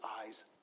eyes